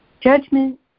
Judgment